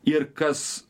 ir kas